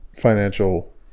financial